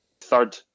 third